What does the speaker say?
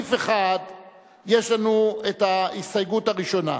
לסעיף 1 יש לנו ההסתייגות הראשונה,